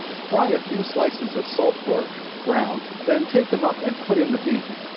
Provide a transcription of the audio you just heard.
fry a few slices of salt pork, brown, then take them up and put in the beef.